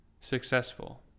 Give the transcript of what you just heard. successful